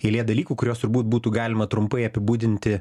eilė dalykų kuriuos turbūt būtų galima trumpai apibūdinti